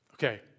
Okay